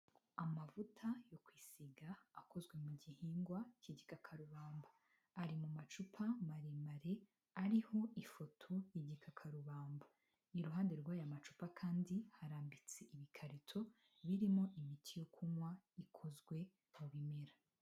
Amavuta yo kwisiga akozwe mu gihingwa cy'igikakarubamba ari mu macupa maremare ariho ifoto y'igikakarubamba iruhande rw'aya macupa kandi harambitse ibikarito birimo imiti yo kunywa ikozwe mu bimera.